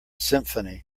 symphony